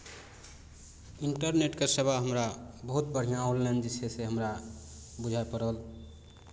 इन्टरनेटके सेवा हमरा बहुत बढ़िआँ ऑनलाइन जे छै से हमरा बुझाए पड़ल